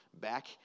back